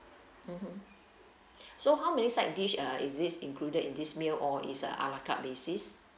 mmhmm so how many side dish uh is this included in this meal or is a a la carte basis